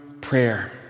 prayer